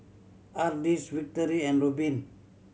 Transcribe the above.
Ardis Victory and Rubin